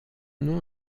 nom